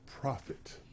profit